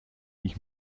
ich